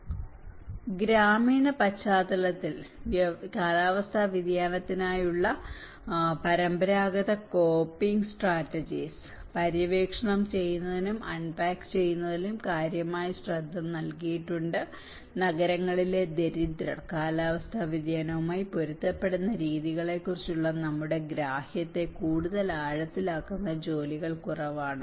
FL 2543 മുതൽ 2811 വരെ ഗ്രാമീണ പശ്ചാത്തലത്തിൽ കാലാവസ്ഥാ വ്യതിയാനത്തിനായുള്ള പരമ്പരാഗത കോപ്പിംഗ് സ്ട്രാറ്റജിസ് പര്യവേക്ഷണം ചെയ്യുന്നതിലും അൺപാക്ക് ചെയ്യുന്നതിലും കാര്യമായ ശ്രദ്ധ നൽകിയിട്ടുണ്ട് നഗരങ്ങളിലെ ദരിദ്രർ കാലാവസ്ഥാ വ്യതിയാനവുമായി പൊരുത്തപ്പെടുന്ന രീതികളെക്കുറിച്ചുള്ള നമ്മുടെ ഗ്രാഹ്യത്തെ കൂടുതൽ ആഴത്തിലാക്കുന്ന ജോലികൾ കുറവാണ്